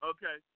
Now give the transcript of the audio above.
Okay